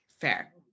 Fair